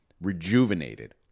rejuvenated